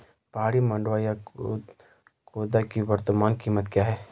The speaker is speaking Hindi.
पहाड़ी मंडुवा या खोदा की वर्तमान कीमत क्या है?